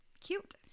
cute